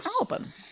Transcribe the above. album